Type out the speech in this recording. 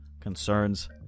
concerns